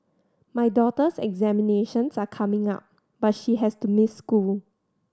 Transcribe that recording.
my daughter's examinations are coming up but she has to miss school